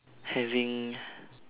having